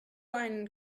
einen